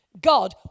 God